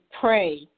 pray